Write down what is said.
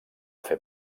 fer